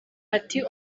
ati